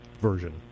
version